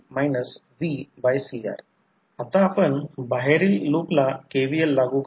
तर सामान्यत असे घडले की जेव्हा जेव्हा लोडेड ट्रान्सफॉर्मरकडे पाहिले जाते तेव्हा म्हणून लोड म्हणजे इन्डक्टिव्ह लोड म्हणा